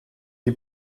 die